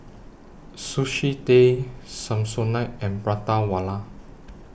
Sushi Tei Samsonite and Prata Wala